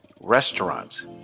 restaurants